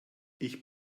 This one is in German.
ich